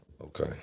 Okay